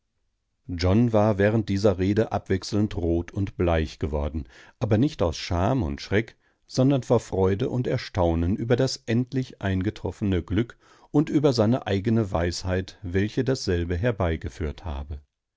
john war während dieser rede abwechselnd rot und bleich geworden aber nicht aus scham und schreck sondern vor freude und erstaunen über das endlich eingetroffene glück und über seine eigene weisheit welche dasselbe herbeigeführt habe